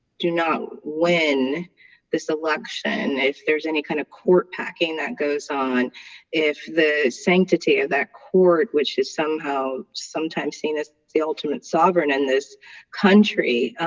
do not win this election if there's any kind of court packing that goes on if the sanctity of that court which is somehow sometimes seen as the ultimate sovereign in this country